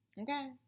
okay